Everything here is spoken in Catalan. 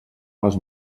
les